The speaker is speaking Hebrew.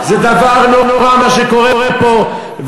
זה דבר נורא מה שקורה פה,